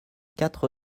quatre